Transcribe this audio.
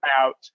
out